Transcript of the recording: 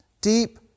deep